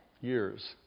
years